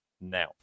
now